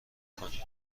کنید